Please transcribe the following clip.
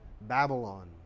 Babylon